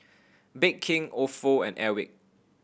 Bake King Ofo and Airwick